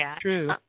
True